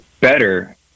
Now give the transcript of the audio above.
better